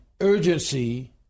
urgency